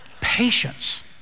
patience